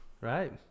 Right